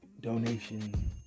donation